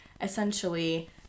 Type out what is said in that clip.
essentially